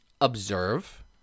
observe